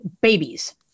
babies